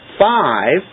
five